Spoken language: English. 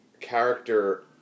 character